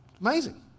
Amazing